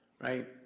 right